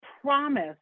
promise